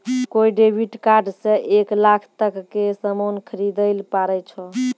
कोय debit card से एक लाख तक के सामान खरीदैल पारै छो